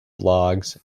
blogs